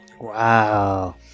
Wow